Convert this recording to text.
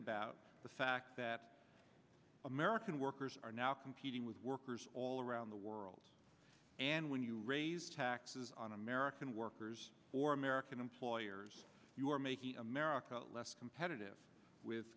about the fact that american workers are now competing with workers all around the world and when you raise taxes on american workers or american employers you are making america less competitive with